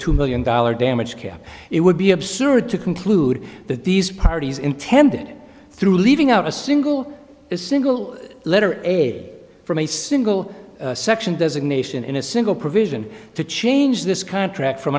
two million dollar damage cap it would be absurd to conclude that these parties intended it through leaving out a single a single letter aid from a single section designation in a single provision to change this contract from